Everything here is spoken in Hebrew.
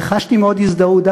וחשתי מאוד הזדהות,